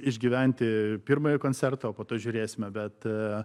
išgyventi pirmąjį koncertą o po to žiūrėsime bet